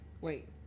Wait